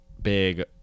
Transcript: big